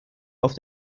auf